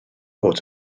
bod